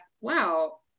wow